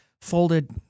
folded